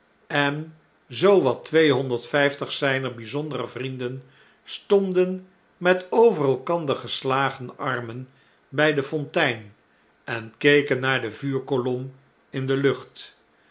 en zoo wat tweehonderd vijftig zjjner bgzondere vrienden stonden met over elkander gestagen armen bjj de fontein en keken naar de vuurkolom in de lucht